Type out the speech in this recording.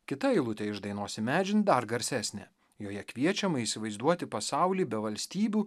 kita eilutė iš dainos imedžin dar garsesnė joje kviečiama įsivaizduoti pasaulį be valstybių